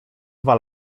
dwa